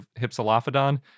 hypsilophodon